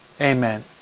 Amen